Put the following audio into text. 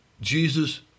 Jesus